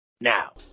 now